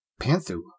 panthu